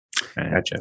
Gotcha